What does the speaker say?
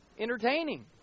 entertaining